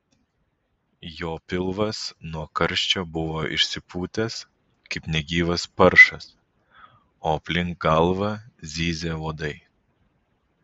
jo pilvas nuo karščio buvo išsipūtęs kaip negyvas paršas o aplink galvą zyzė uodai